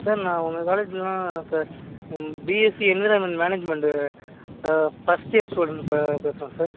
sir நான் உங்கள் காலேஜில் தான் sir B Sc environment management first year student பப் பேசுகிறேன் சார்